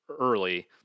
early